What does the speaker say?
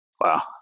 Wow